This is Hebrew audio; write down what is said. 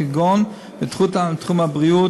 כגון בתחום הבריאות,